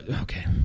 okay